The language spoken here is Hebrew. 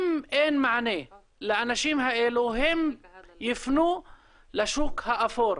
אם אין מענה לאנשים האלו, הם יפנו לשוק האפור.